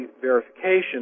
verification